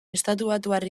estatubatuar